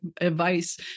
advice